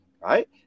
right